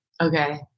Okay